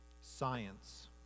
science